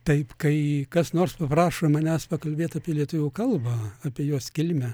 taip kai kas nors paprašo manęs pakalbėt apie lietuvių kalbą apie jos kilmę